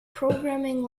programming